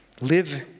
live